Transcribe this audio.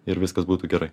ir viskas būtų gerai